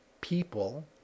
people